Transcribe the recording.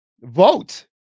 vote